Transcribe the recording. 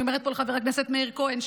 אני אומרת פה לחבר הכנסת מאיר כהן,